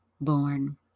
born